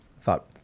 Thought